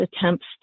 attempts